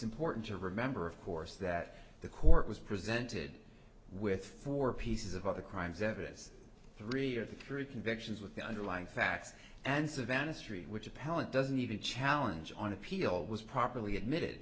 important to remember of course that the court was presented with four pieces of other crimes evidence three or three convictions with the underlying facts and savannah street which appellant doesn't even challenge on appeal was properly admitted